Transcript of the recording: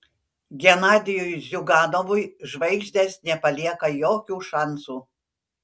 genadijui ziuganovui žvaigždės nepalieka jokių šansų